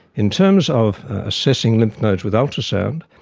in terms of assessing lymph nodes with ultrasound,